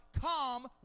come